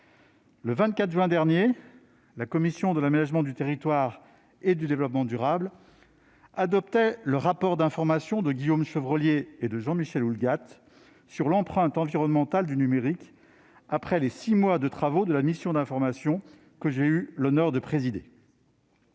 Le 24 juin dernier, la commission de l'aménagement du territoire et du développement durable adoptait le rapport d'information de Guillaume Chevrollier et de Jean-Michel Houllegatte sur l'empreinte environnementale du numérique, après les six mois de travaux de la mission d'information que j'ai eu l'honneur de présider.